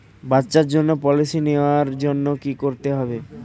বাচ্চার জন্য পলিসি নেওয়ার জন্য কি করতে হবে?